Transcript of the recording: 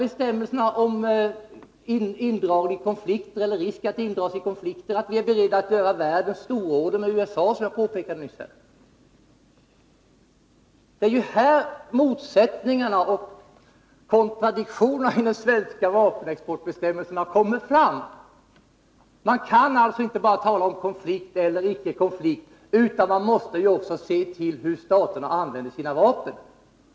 Bestämmelserna om risk för indragning i konflikt hindrar ju inte att vi, som jag påpekade nyss, är beredda till världens stororder när det gäller USA. Det är här som motsättningarna, kontradiktionerna, i de svenska vapenexportbestämmelserna kommer fram. Vi kan alltså inte bara tala om konflikt eller icke konflikt, utan vi måste se till hur landet använder sina vapen.